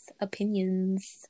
Opinions